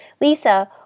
Lisa